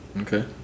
Okay